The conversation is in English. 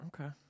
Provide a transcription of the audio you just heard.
Okay